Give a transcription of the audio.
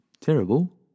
Terrible